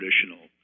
traditional